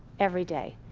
every day,